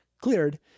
cleared